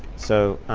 so